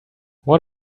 what